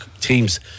teams